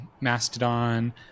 Mastodon